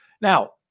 Now